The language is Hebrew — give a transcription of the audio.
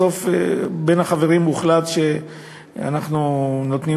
ובסוף הוחלט בין החברים שאנחנו נותנים